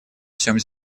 всем